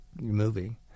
movie